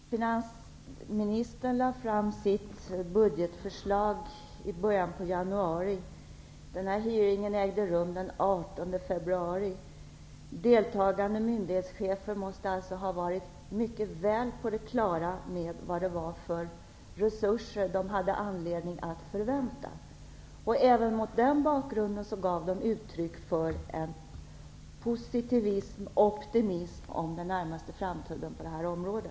Herr talman! Finansministern lade fram sitt budgetförslag i början av januari. Denna hearing ägde rum den 18 februari. Deltagande myndighetschefer måste alltså ha varit mycket väl på det klara med vilka resurser de hade anledning att förvänta. Även mot denna bakgrund gav de uttryck för en optimism om den närmaste framtiden på detta område.